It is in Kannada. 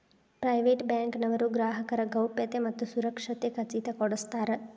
ಪ್ರೈವೇಟ್ ಬ್ಯಾಂಕ್ ನವರು ಗ್ರಾಹಕರ ಗೌಪ್ಯತೆ ಮತ್ತ ಸುರಕ್ಷತೆ ಖಚಿತ ಕೊಡ್ಸತಾರ